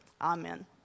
Amen